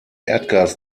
erdgas